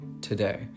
today